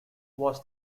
was